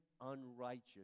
unrighteous